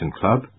club